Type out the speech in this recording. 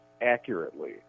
accurately